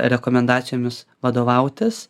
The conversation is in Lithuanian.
rekomendacijomis vadovautis